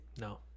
No